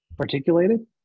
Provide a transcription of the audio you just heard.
articulated